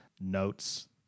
notes